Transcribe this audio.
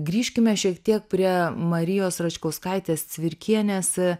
grįžkime šiek tiek prie marijos račkauskaitės cvirkienės